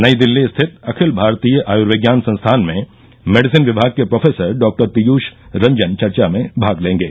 नई दिल्ली स्थित अखिल भारतीय आयुर्विज्ञान संस्थान में मेडिसन विभाग के प्रोफेसर डॉ पीयूष रंजन चर्चा में भाग लेंगे